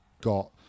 got